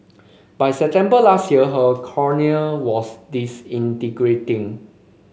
by September last year her cornea was disintegrating